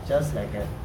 just like that